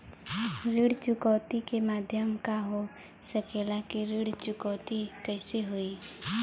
ऋण चुकौती के माध्यम का हो सकेला कि ऋण चुकौती कईसे होई?